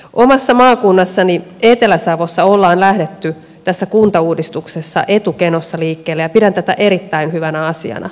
omassa maakunnassani etelä savossa on lähdetty tässä kuntauudistuksessa etukenossa liikkeelle ja pidän tätä erittäin hyvänä asiana